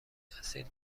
اصیل